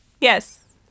Yes